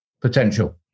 potential